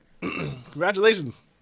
Congratulations